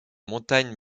montagnes